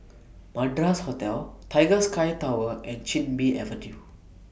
Madras Hotel Tiger Sky Tower and Chin Bee Avenue